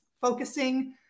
focusing